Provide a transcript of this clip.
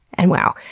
and wow,